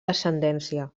descendència